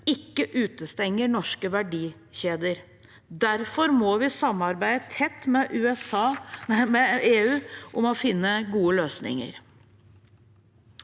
ikke utestenger norske verdikjeder. Derfor må vi samarbeide tett med EU om å finne gode løsninger.